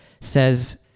says